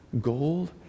Gold